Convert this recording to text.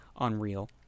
unreal